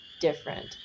different